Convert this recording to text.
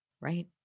Right